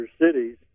cities